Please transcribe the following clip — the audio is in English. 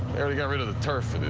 the yeah rid of the turf